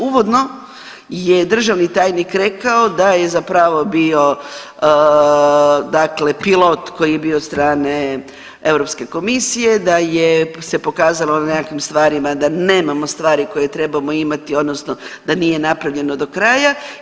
Uvodno je državni tajnik rekao da je zapravo bio dakle pilot koji je bio od strane Europske komisije, da se pokazalo na nekakvim stvarima da nemamo stvari koje trebamo imati, odnosno da nije napravljeno do kraja.